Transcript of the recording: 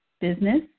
business